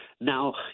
Now